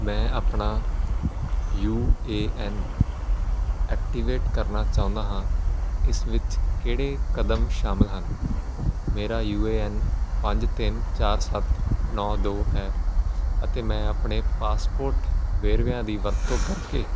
ਮੈਂ ਆਪਣਾ U A N activate ਕਰਨਾ ਚਾਹੁੰਦਾ ਹਾਂ ਇਸ ਵਿੱਚ ਕਿਹੜੇ ਕਦਮ ਸ਼ਾਮਲ ਹਨ ਮੇਰਾ ਯੂ ਏ ਐਨ ਪੰਜ ਤਿੰਨ ਚਾਰ ਸੱਤ ਨੌਂ ਦੋ ਹੈ ਅਤੇ ਮੈਂ ਆਪਣੇ ਪਾਸਪੋਰਟ ਵੇਰਵਿਆਂ ਦੀ ਵਰਤੋਂ ਕਰਕੇ